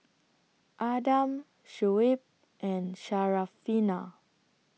Adam Shuib and Syarafina